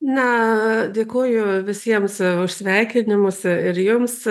na dėkoju visiems už sveikinimus ir jums